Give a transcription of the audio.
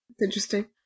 Interesting